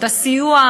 יכולות,